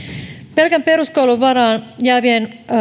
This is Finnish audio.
pelkän peruskoulun varaan jäävien